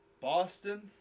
Boston